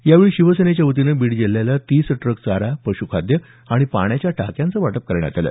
यावेळी शिवसेनेच्या वतीनं बीड जिल्ह्याला तीस ट्रक चारा पशुखाद्य आणि पाण्याच्या टाक्यांचं वाटप करण्यात आलं